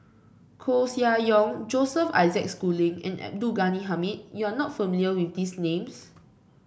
Koeh Sia Yong Joseph Isaac Schooling and Abdul Ghani Hamid you are not familiar with these names